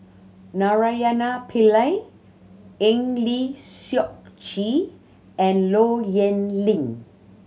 Naraina Pillai Eng Lee Seok Chee and Low Yen Ling